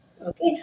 Okay